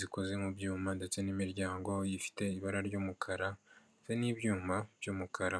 zikoze mu byuma ndetse n'imiryango ifite ibara ry'umukara, ndetse n'ibyuma by'umukara.